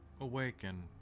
awaken